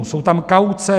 Jsou tam kauce.